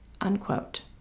Unquote